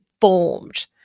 formed